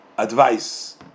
Advice